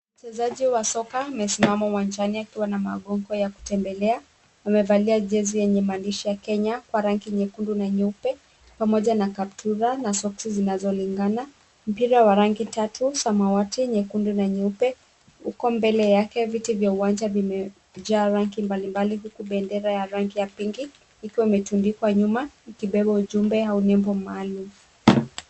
Mchezaji wa soka amesimama uwanjani akiwa na magongo ya kutembelea. Amevalia jezi yenye maandishi ya Kenya kwa rangi nyekundu na nyeupe pamoja na kaptura na soksi zinazolingana. Mpira wa rangi tatu, samawati, nyekundu na nyeupe uko mbele yake. Viti vya uwanja vimejaa rangi mbalimbali huku bendera ya rangi ya pinki ikiwa imetundikwa nyuma ikibeba nembo au ujumbe maalum.